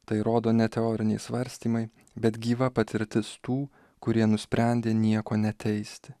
tai rodo ne teoriniai svarstymai bet gyva patirtis tų kurie nusprendė nieko neteisti